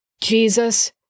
Jesus